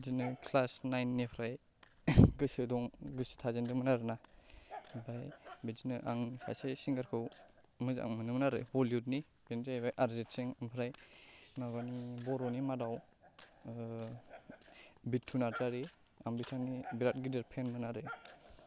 बिदिनो क्लास नाइननिफ्राय गोसो दं गोसो थाजेनदोंमोन आरोना आमफ्राय बिदिनो आं सासे सिंगारखौ मोजां मोनोमोन आरो बलिउडनि बेनो जाहैबाय आरिजित सिं ओमफ्राय माबानि बर'नि मादाव बिथु नारजारि आं बिथांनि बेराद गिदिर फेनमोन आरो